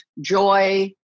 joy